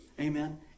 Amen